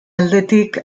aldetik